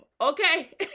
okay